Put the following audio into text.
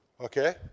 Okay